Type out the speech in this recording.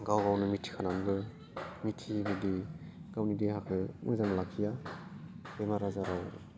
गाव गावनो मिथिखानानैबो मिथियैबायदि गावनि देहाखौ मोजां लाखिया बेमार आजाराव